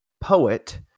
poet